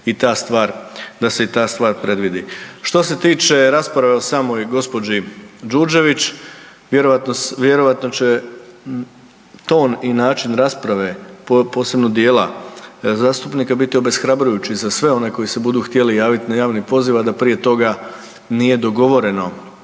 povjerenstvu, da se i ta stvar predvidi. Što se tiče rasprave o samoj gospođi Đurđević vjerojatno će ton i način rasprave posebno dijela zastupnika biti obeshrabrujući za sve one koji se budu htjeli javiti na javni poziv a da prije toga nije dogovoreno